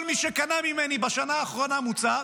כל מי שקנה ממני בשנה האחרונה מוצר,